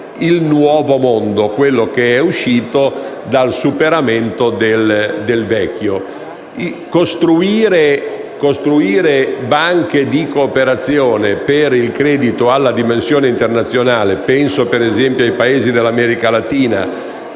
il nuovo mondo, quello che è uscito dal superamento del vecchio. Costruire banche di cooperazione per il credito adeguate alla dimensione internazionale - penso, ad esempio, ai Paesi dell'America latina